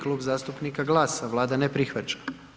Klub zastupnika GLAS-a, Vlada ne prihvaća.